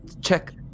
check